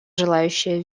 желающие